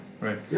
right